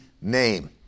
name